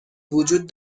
وجود